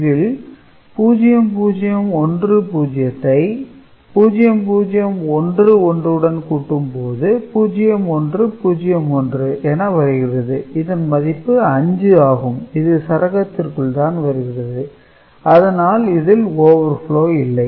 இதில் 0010 ஐ 0011 உடன் கூட்டும் போது 0101 என வருகிறது இதன் மதிப்பு 5 ஆகும் இது சரகத்திற்குள் தான் வருகிறது அதனால் இதில் overflow இல்லை